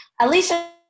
Alicia